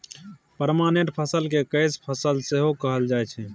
permanent फसल केँ कैस फसल सेहो कहल जाइ छै